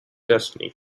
destiny